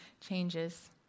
changes